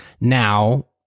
Now